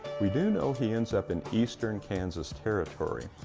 we do know he ends up in eastern kansas territory.